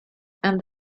and